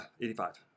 85